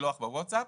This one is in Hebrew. לשלוח בווטסאפ